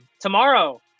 tomorrow